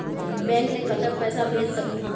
Bank ले कतक पैसा भेज सकथन?